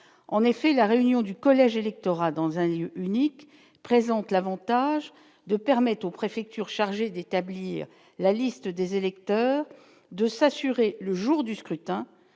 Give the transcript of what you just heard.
en effet, la réunion du collège électoral dans un lieu unique, présente l'Avantage de permettre aux préfectures chargées d'établir la liste des électeurs, de s'assurer le jour du scrutin,